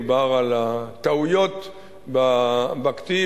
דובר על הטעויות בכתיב.